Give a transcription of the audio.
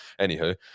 Anywho